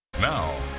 Now